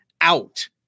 out